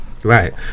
right